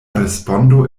respondo